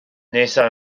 nesaf